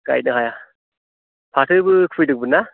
गायनो हाया फातोबो खुइदोंमोन ना